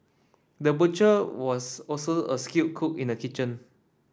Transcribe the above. the butcher was also a skilled cook in the kitchen